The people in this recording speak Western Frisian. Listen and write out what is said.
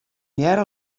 hearre